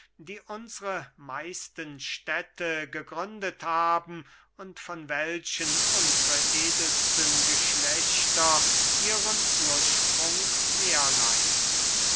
die unsre meisten städte gegründet haben und von welchen unsre edelsten geschlechter ihren ursprung herleiten